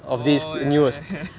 orh ya ya ya